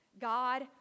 God